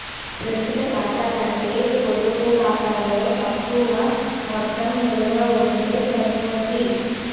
ప్రస్తుత ఖాతా కంటే పొడుపు ఖాతాలో తక్కువ మొత్తం నిలవ ఉంటే సరిపోద్ది